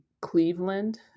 Cleveland